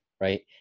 Right